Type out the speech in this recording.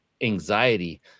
anxiety